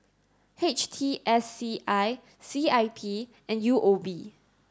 H T S C I C I P and U O B